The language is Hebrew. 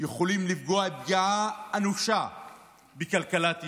יכולים לפגוע פגיעה אנושה בכלכלת ישראל.